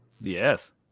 Yes